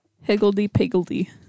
Higgledy-piggledy